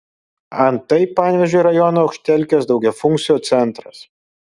antai panevėžio rajono aukštelkės daugiafunkcio centras